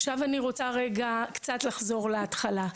עכשיו אני רוצה רגע קצת לחזור להתחלה.